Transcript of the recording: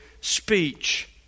speech